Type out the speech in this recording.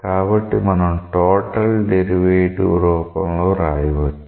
కాబట్టి మనం total derivative రూపంలో వ్రాయవచ్చు